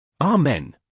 Amen